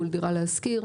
מול דירה להשכיר.